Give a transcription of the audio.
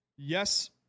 Yes